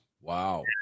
Wow